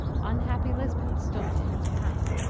unhappy lisbon stood in its path.